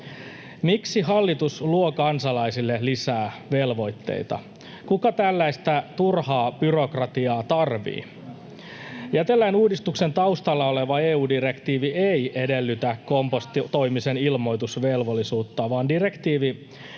Miksi hallitus luo kansalaisille lisää velvoitteita? Kuka tällaista turhaa byrokratiaa tarvitsee? Jätelain uudistuksen taustalla oleva EU-direktiivi ei edellytä kompostoimisen ilmoitusvelvollisuutta, vaan direktiivi